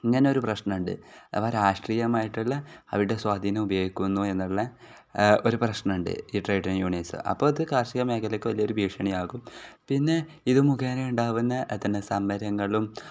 ഇങ്ങനെയൊരു പ്രശ്നമുണ്ട് അപ്പം രാഷ്ട്രീയമായിട്ടുള്ള അവിടെ സ്വാധീനം ഉപയോഗിക്കുന്നു എന്നുള്ള ഒരു പ്രശ്നമുണ്ട് ഈ ട്രേഡിങ്ങ് യൂണിയൻസ് അപ്പം അത് കാർഷിക മേഖലക്ക് വലിയൊരു ഭീഷണിയാകും പിന്നെ ഇത് മുഖേന ഉണ്ടാകുന്ന തന്നെ സമരങ്ങളും